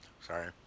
Sorry